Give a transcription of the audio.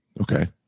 Okay